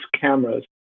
cameras